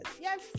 yes